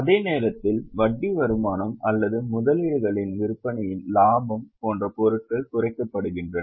அதே நேரத்தில் வட்டி வருமானம் அல்லது முதலீடுகளின் விற்பனையின் லாபம் போன்ற பொருட்கள் குறைக்கப்படுகின்றன